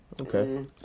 Okay